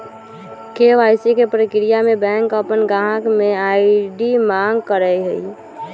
KYC के परक्रिया में बैंक अपन गाहक से आई.डी मांग करई छई